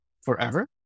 forever